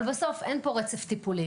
בסוף אין פה רצף טיפול,